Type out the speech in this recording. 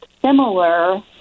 similar